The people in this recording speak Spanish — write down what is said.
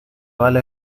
bala